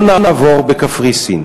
לא נעבור בקפריסין,